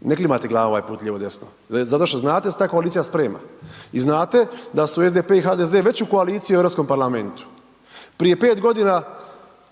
ne klimati glavom ovaj put lijevo desno zato što znate da se ta koalicija sprema i znate da su SDP i HDZ već u koaliciji u Europskom parlamentu. Prije 5.g.